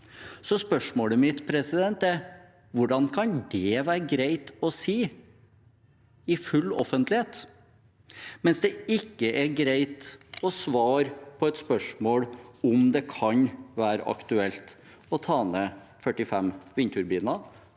Spørsmålet mitt er: Hvordan kan det være greit å si i full offentlighet, mens det ikke er greit å svare på et spørsmål om det kan være aktuelt å ta ned 45 vindturbiner,